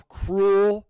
cruel